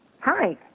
Hi